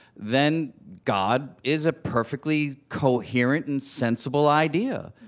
then god is a perfectly coherent and sensible idea.